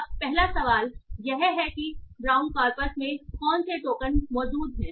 अब पहला सवाल यह है कि ब्राउन कॉर्पस में कौन से टोकन मौजूद हैं